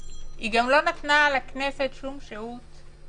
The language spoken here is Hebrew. אלא שהיא גם לא נתנה לכנסת שום שהות.